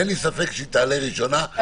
אין לי ספק שהיא תעלה ראשונה בוועדת השרים.